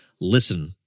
listen